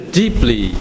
deeply